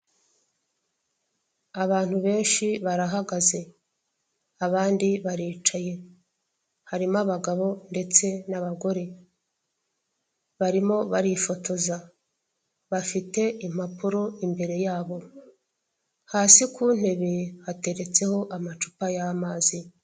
Abantu benshi barahagaze abandi baricaye harimo abagabo ndetse n'abagore barimo barifotoza bafite impapuro imbere yabo, hasi ku ntebe hateretseho amacupa y'amazi.